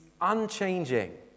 unchanging